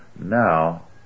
Now